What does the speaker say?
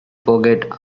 forget